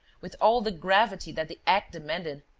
with all the gravity that the act demanded,